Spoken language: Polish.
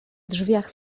drzwiach